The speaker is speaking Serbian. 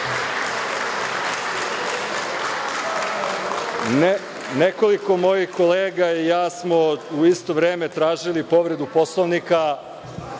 mojih kolega i ja smo u isto vreme tražili povredu Poslovnika,